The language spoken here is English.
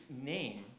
name